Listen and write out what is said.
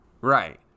Right